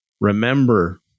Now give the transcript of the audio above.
remember